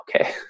okay